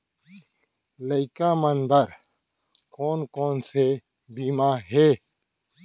लइका मन बर कोन कोन से बीमा हे?